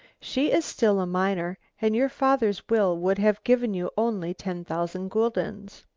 she is still a minor and your father's will would have given you only ten thousand guldens.